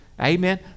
Amen